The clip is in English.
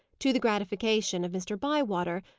to the gratification of mr. bywater,